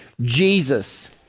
Jesus